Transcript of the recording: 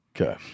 Okay